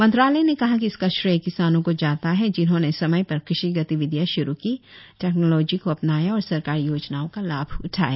मंत्रालय ने कहा है कि इसका श्रेय किसानों को जाता है जिन्होंने समय पर कृषि गतिविधियां श्रू की टेक्नोलॉजी को अपनाया और सरकारी योजनाओं का लाभ उठाया